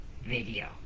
video